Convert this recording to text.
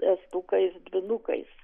estukais dvynukais